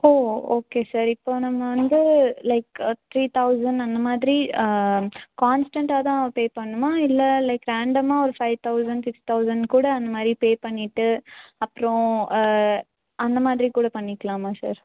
ஓ okay sir இப்போ நம்ம வந்து லைக் த்ரீ தௌசண்ட் அந்தமாதிரி கான்ஸ்டண்ட்டாக தான் பே பண்ணனுமா இல்லை லைக் ரேண்டமாக ஒரு ஃபைவ் தௌசண்ட் சிக்ஸ் தௌசண்ட் கூட அந்தமாதிரி பே பண்ணிவிட்டு அப்புறம் அந்தமாதிரி கூட பண்ணிக்கலாமா சார்